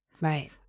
right